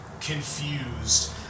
confused